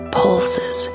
pulses